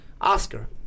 Oscar